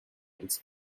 its